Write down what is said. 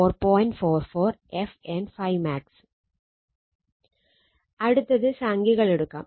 44 f N ∅max അടുത്തത് സംഖ്യകൾ എടുക്കാം